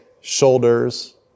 shoulders